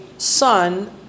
Son